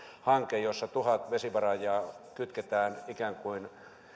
hanke jossa tuhat vesivaraajaa kytketään ikään kuin